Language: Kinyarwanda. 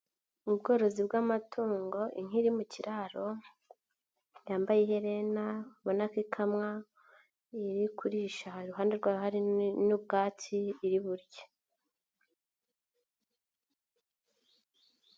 Ubworozi bw'amatungo, inka iri mu kiraro yambaye iherena ubona ko ikamwa, iri kuririsha iruhande rwayo hari n'ubwatsi iri burye.